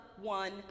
one